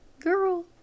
Girl